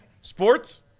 Sports